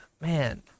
Man